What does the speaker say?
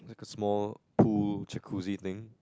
small pool Jacuzzi thing